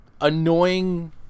annoying